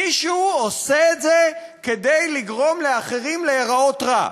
מישהו עושה את זה כדי לגרום לאחרים להיראות רע.